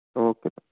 okay sir